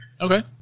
Okay